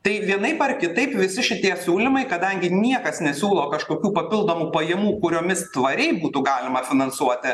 tai vienaip ar kitaip visi šitie siūlymai kadangi niekas nesiūlo kažkokių papildomų pajamų kuriomis tvariai būtų galima finansuoti